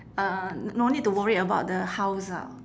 uh no need to worry about the house ah